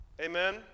Amen